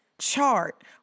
chart